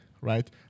right